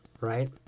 right